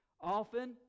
Often